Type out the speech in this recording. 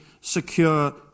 secure